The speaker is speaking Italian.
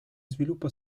sviluppa